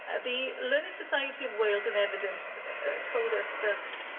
ah the learned society of wales in evidence told us that